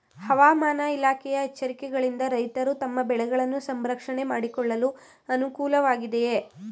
ಹವಾಮಾನ ಇಲಾಖೆಯ ಎಚ್ಚರಿಕೆಗಳಿಂದ ರೈತರು ತಮ್ಮ ಬೆಳೆಗಳನ್ನು ಸಂರಕ್ಷಣೆ ಮಾಡಿಕೊಳ್ಳಲು ಅನುಕೂಲ ವಾಗಿದೆಯೇ?